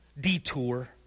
detour